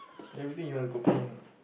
everything you want to copy him